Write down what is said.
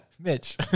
Mitch